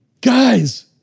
guys